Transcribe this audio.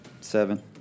Seven